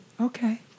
Okay